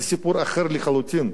זה סיפור אחר לחלוטין.